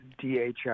DHR